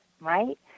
right